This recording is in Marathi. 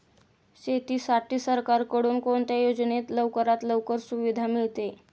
शेतीसाठी सरकारकडून कोणत्या योजनेत लवकरात लवकर सुविधा मिळते?